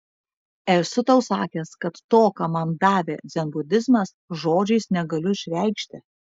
esu tau sakęs kad to ką man davė dzenbudizmas žodžiais negaliu išreikšti